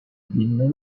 been